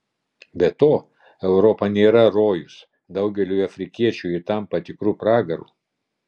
be to europa nėra rojus daugeliui afrikiečių ji tampa tikru pragaru